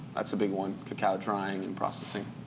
that's a big one, cacao drying and processing